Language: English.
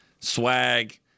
Swag